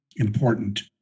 Important